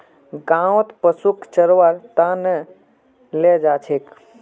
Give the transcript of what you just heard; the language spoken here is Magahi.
गाँउत पशुक चरव्वार त न ले जा छेक